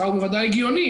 הוא בוודאי הגיוני.